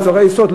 מוצרי היסוד.